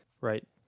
right